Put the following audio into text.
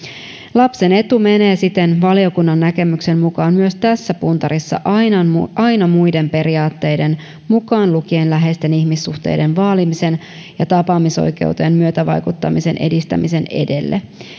lapsen etu menee siten valiokunnan näkemyksen mukaan myös tässä puntarissa aina aina muiden periaatteiden edelle mukaan lukien läheisten ihmissuhteiden vaalimisen ja tapaamisoikeuteen myötävaikuttamisen sen edistämisen edelle